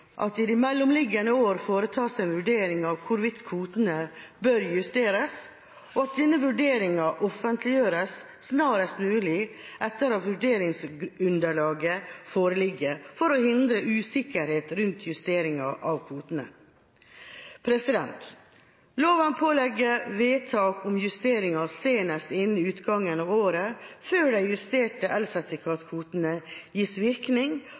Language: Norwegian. det i de mellomliggende år foretas en vurdering av hvorvidt kvotene bør justeres, og at denne vurderingen offentliggjøres snarest mulig etter at vurderingsunderlaget foreligger, for å hindre usikkerhet rundt justeringer av kvotene. Loven pålegger vedtak om justeringer senest innen utgangen av året før de justerte elsertifikatkvotene gis virkning